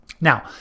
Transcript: Now